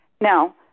Now